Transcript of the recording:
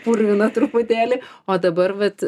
purviną truputėlį o dabar vat